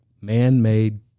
man-made